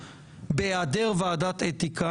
את האתגרים,